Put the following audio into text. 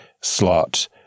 slot